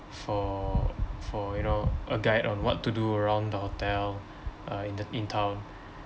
for for you know a guide on what to do around the hotel uh in the in town